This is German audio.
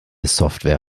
software